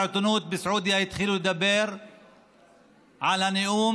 בעיתונות בסעודיה התחילו לדבר על הנאום